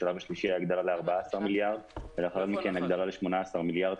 השלב השלישי היה הגדלה ל-14 מיליארד ולאחר מכן הגדלה ל-18 מיליארד.